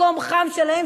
מקום חם שלהם,